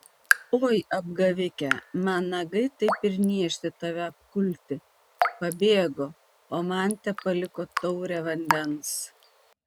oi apgavike man nagai taip ir niežti tave apkulti pabėgo o man tepaliko taurę vandens